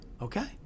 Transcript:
okay